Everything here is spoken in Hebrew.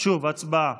שוב, הצבעה.